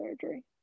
surgery